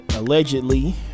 allegedly